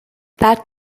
that